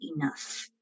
enough